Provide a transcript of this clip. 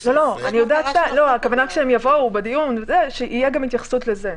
כשהם יבואו, שתהיה גם התייחסות לזה.